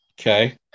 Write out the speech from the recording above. Okay